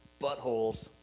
buttholes